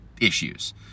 issues